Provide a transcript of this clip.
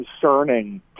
concerning